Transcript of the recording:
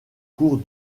cours